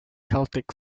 celtic